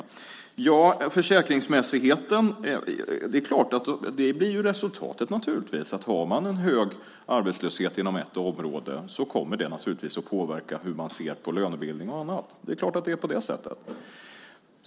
När det gäller försäkringsmässigheten vill jag säga att resultatet blir att om man har en hög arbetslöshet inom ett område kommer det att påverka hur man ser på lönebildning och annat. Det är klart att det är på det sättet!